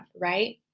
right